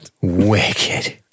Wicked